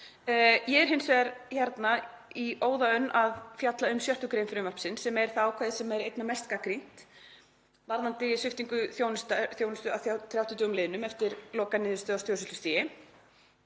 Ég er hins vegar hérna í óða önn að fjalla um 6. gr. frumvarpsins sem er ákvæði sem er einna mest gagnrýnt varðandi sviptingu þjónustu að 30 dögum liðnum eftir lokaniðurstöðu á stjórnsýslustigi.